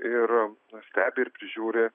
ir stebi ir prižiūri